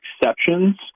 exceptions